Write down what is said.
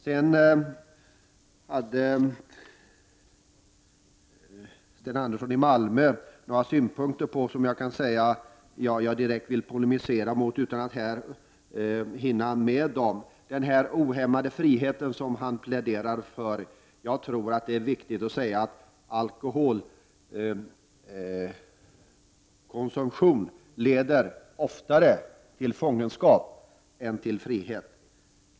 Sten Andersson i Malmö hade många synpunkter, som jag inte direkt vill polemisera emot. Han pläderar för en ohämmad frihet. Jag tror att det är viktigt att säga att alkoholkonsumtionen oftare leder till fångenskap än till frihet.